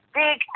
big